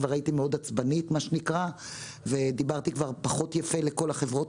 אז כבר הייתי מאוד עצבנית ודיברתי כבר פחות יפה לכל החברות